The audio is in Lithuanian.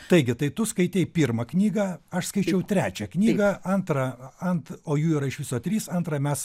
taigi tai tu skaitei pirmą knygą aš skaičiau trečią knygą antrą ant o jų yra iš viso trys antrą mes